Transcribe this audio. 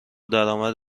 درآمد